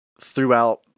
throughout